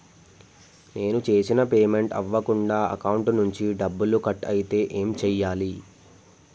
నేను చేసిన పేమెంట్ అవ్వకుండా అకౌంట్ నుంచి డబ్బులు కట్ అయితే ఏం చేయాలి?